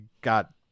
got